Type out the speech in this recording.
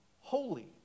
Holy